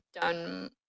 done